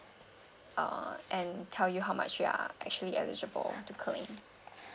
uh and tell you how much you are actually eligible to claim